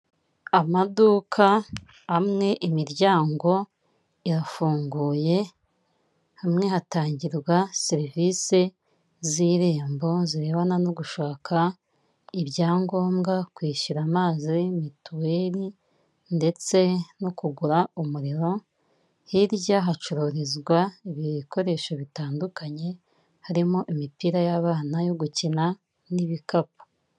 Amaduka amwe imiryango irafunguye, hamwe hatangirwa serivisi z'Irembo zirebana no gushaka ibyangombwa, kwishyura amazi, mituweli, ndetse no kugura umuriro, hirya hacururizwa ibikoresho bitandukanye harimo imipira y'abana yo gukina n'ibikapu.